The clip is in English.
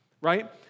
right